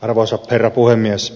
arvoisa herra puhemies